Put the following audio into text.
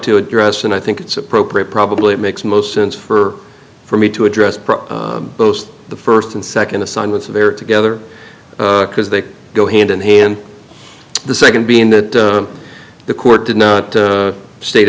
to address and i think it's appropriate probably makes most sense for for me to address both the first and second assignments very together because they go hand in hand the second being that the court did not state